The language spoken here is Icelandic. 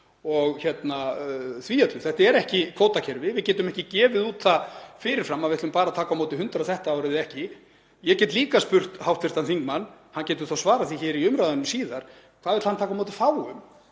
og því öllu. Þetta er ekki kvótakerfi. Við getum ekki gefið það út fyrir fram að við ætlum bara að taka á móti 100 þetta árið eða ekki. Ég get líka spurt hv. þingmann, hann getur þá svarað því í umræðunni síðar: Hvað vill hann taka á móti fáum?